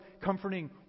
comforting